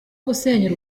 gusenya